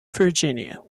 virginia